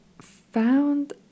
found